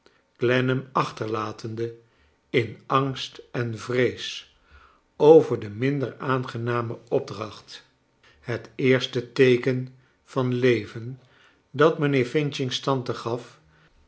clennam achterlatende in angst en vrees over de minder aangename opdracht het eerste teeken van leven dat mijnheer f's tante gaf